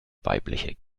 weibliche